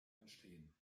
entstehen